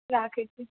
राखै छी